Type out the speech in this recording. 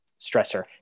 stressor